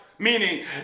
Meaning